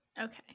okay